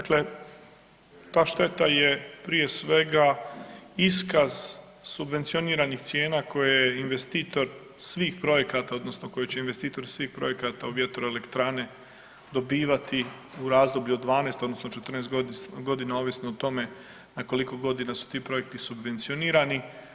Dakle, ta šteta je prije svega iskaz subvencioniranih cijena koje je investitor svih projekata odnosno koje će investitori svih projekata u vjetroelektrane dobivati u razdoblju od 12, odnosno 14 godina, ovisno o tome na koliko godina su ti projekti subvencionirani.